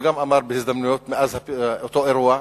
וגם אמר בהזדמנויות מאז אותו אירוע,